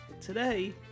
today